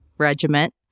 regiment